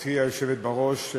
גברתי היושבת בראש,